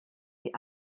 die